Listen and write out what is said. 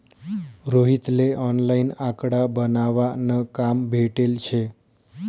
रोहित ले ऑनलाईन आकडा बनावा न काम भेटेल शे